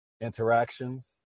interactions